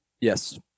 Yes